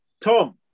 Tom